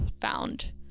found